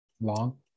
long